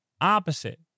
opposite